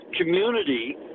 community